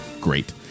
great